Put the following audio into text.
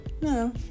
No